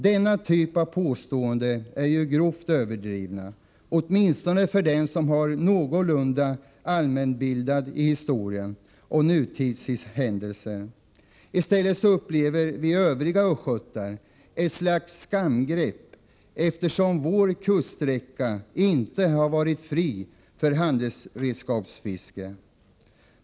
Denna typ av påståenden är grovt överdrivna, åtminstone för den som är någorlunda allmänbildad i fråga om historia och nutidshändelser. I stället upplever vi övriga östgötar ett slags skamgrepp, eftersom vår kuststräcka inte har varit fri för handredskapsfiske.